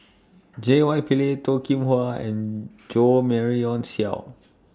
J Y Pillay Toh Kim Hwa and Jo Marion Seow